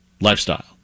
lifestyle